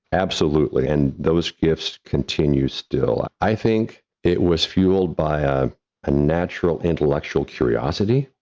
absolutely. and those gifts continue still. i think it was fueled by a ah natural intellectual curiosity.